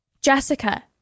Jessica